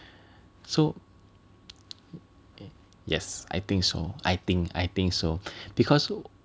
so yes I think so I think I think so because